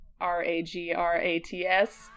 r-a-g-r-a-t-s